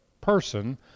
person